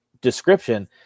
description